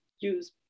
use